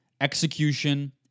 execution